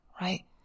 right